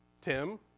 Tim